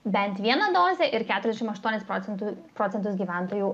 bent vieną dozę ir keturiasdešimt aštuonis procentus procentus gyventojų